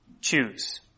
choose